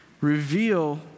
reveal